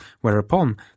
whereupon